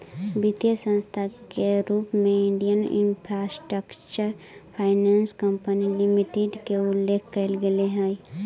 वित्तीय संस्था के रूप में Indian Infrastructure Finance Company Limited के उल्लेख कैल गेले हइ